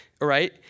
right